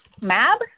Mab